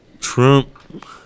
Trump